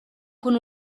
con